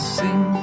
sing